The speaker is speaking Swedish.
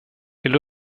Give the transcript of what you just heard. vill